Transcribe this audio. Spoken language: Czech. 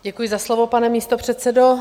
Děkuji za slovo, pane místopředsedo.